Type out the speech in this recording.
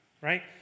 right